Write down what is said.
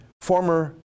former